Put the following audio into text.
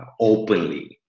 openly